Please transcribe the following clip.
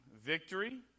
victory